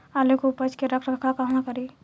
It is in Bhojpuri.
आलू के उपज के रख रखाव कहवा करी?